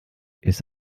ist